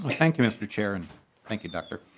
but thank you. mister chairman. thank you doctor